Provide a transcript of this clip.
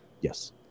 Yes